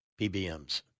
PBMs